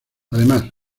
además